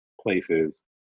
places